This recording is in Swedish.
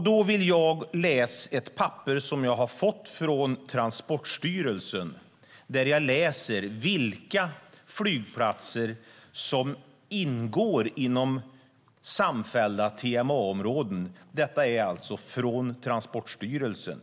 Då vill jag läsa från ett papper jag har fått från Transportstyrelsen om vilka flygplatser som ingår inom samfällda TMA-områden. Papperet är alltså från Transportstyrelsen.